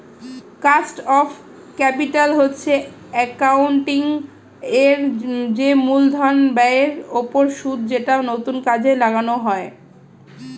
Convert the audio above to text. cost of capital হচ্ছে accounting এর যে মূলধন ব্যয়ের ওপর সুদ যেটা নতুন কাজে লাগানো হয়